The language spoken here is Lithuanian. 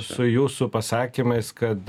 su jūsų pasakymais kad